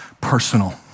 personal